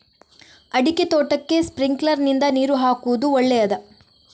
ಅಡಿಕೆ ತೋಟಕ್ಕೆ ಸ್ಪ್ರಿಂಕ್ಲರ್ ನಿಂದ ನೀರು ಹಾಕುವುದು ಒಳ್ಳೆಯದ?